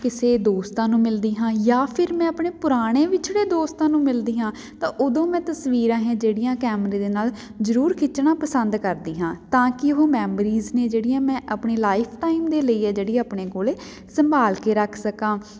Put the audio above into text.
ਕਿਸੇ ਦੋਸਤਾਂ ਨੂੰ ਮਿਲਦੀ ਹਾਂ ਜਾਂ ਫਿਰ ਮੈਂ ਆਪਣੇ ਪੁਰਾਣੇ ਵਿਛੜੇ ਦੋਸਤਾਂ ਨੂੰ ਮਿਲਦੀ ਹਾਂ ਤਾਂ ਉਦੋਂ ਮੈਂ ਤਸਵੀਰਾਂ ਹੈ ਜਿਹੜੀਆਂ ਕੈਮਰੇ ਦੇ ਨਾਲ ਜ਼ਰੂਰ ਖਿੱਚਣਾ ਪਸੰਦ ਕਰਦੀ ਹਾਂ ਤਾਂ ਕਿ ਉਹ ਮੈਮਰੀਜ਼ ਨੇ ਜਿਹੜੀਆਂ ਮੈਂ ਆਪਣੀ ਲਾਈਫ ਟਾਈਮ ਦੇ ਲਈ ਹੈ ਜਿਹੜੀ ਆਪਣੇ ਕੋਲ ਸੰਭਾਲ ਕੇ ਰੱਖ ਸਕਾਂ